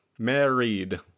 married